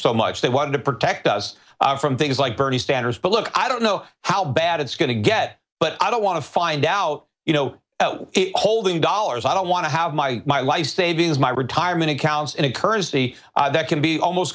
so much they wanted to protect us from things like bernie sanders but look i don't know how bad it's going to get but i don't want to find out you know holding dollars i don't want to have my my life savings my retirement accounts in a currency that can be almost